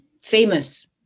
famous